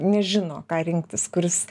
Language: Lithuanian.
nežino ką rinktis kuris